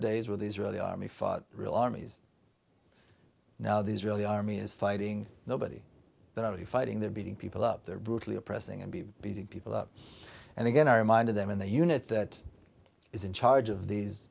days when the israeli army fought real armies now the israeli army is fighting nobody really fighting they're beating people up there brutally oppressing and be beating people up and again i remind them in the unit that is in charge of these